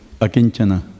akinchana